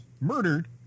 murdered